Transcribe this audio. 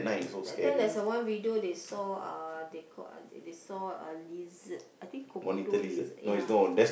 that time there's a one video they saw uh they got they saw a lizard I think Komodo lizard ya